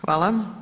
Hvala.